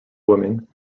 women